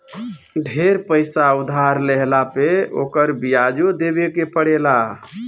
ढेर पईसा उधार लेहला पे ओकर बियाजो देवे के पड़ेला